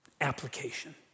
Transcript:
application